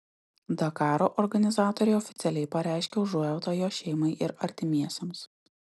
dakaro organizatoriai oficialiai pareiškė užuojautą jo šeimai ir artimiesiems